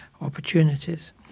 opportunities